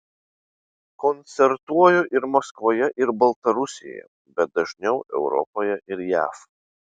koncertuoju ir maskvoje ir baltarusijoje bet dažniau europoje ir jav